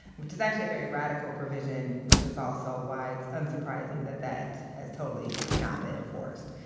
which is actually a very radical provision, which is also why it's unsurprising that that has totally not been enforced.